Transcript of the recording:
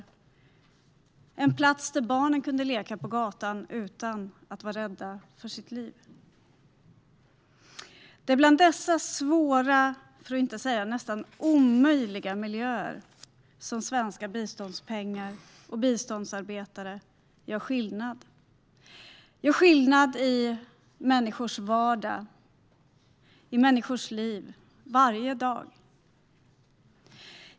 Det var en plats där barn kunde leka på gatan utan att frukta för sitt liv. Det är i dessa svåra, för att inte säga nästan omöjliga, miljöer som våra svenska biståndspengar och biståndsarbetare gör skillnad. De gör skillnad i människors vardag och människors liv varje dag.